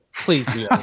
please